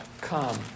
come